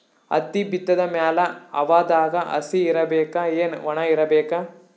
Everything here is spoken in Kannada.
ಹತ್ತಿ ಬಿತ್ತದ ಮ್ಯಾಲ ಹವಾದಾಗ ಹಸಿ ಇರಬೇಕಾ, ಏನ್ ಒಣಇರಬೇಕ?